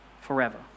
forever